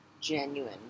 genuine